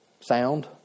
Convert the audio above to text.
sound